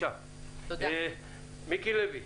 מיקי לוי.